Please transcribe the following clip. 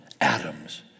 atoms